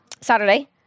Saturday